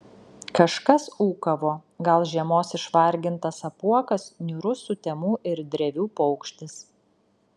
kažkas ūkavo gal žiemos išvargintas apuokas niūrus sutemų ir drevių paukštis